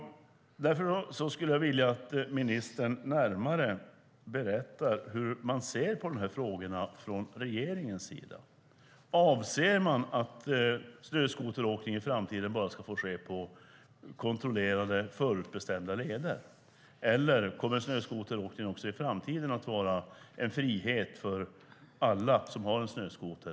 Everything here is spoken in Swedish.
Därför skulle jag vilja att ministern närmare berättar hur man ser på de här frågorna från regeringens sida. Anser man att snöskoteråkning i framtiden bara ska få ske på kontrollerade, förutbestämda leder? Eller kommer snöskoteråkning också i framtiden att vara en frihet för alla som har en snöskoter?